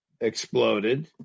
exploded